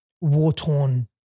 war-torn